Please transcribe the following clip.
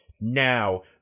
Now